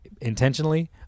intentionally